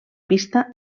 pista